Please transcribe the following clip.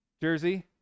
Jersey